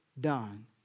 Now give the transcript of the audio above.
done